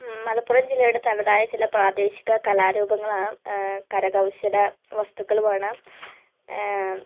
മലപ്പുറം ജില്ലയുടെ തനതായ ചില പ്രാദേശിക കലാ രൂപങ്ങളാണ് കരകൗശല വസ്തുക്കളുമാണ്